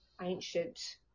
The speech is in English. ancient